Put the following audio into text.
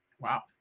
Wow